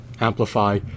amplify